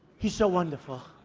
he's so wonderful.